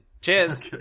Cheers